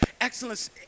Excellence